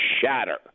shatter